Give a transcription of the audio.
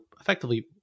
effectively